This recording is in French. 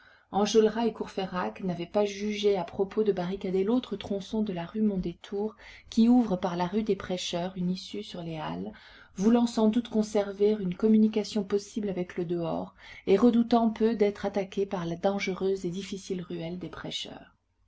enjolras et courfeyrac n'avaient pas jugé à propos de barricader l'autre tronçon de la rue mondétour qui ouvre par la rue des prêcheurs une issue sur les halles voulant sans doute conserver une communication possible avec le dehors et redoutant peu d'être attaqués par la dangereuse et difficile ruelle des prêcheurs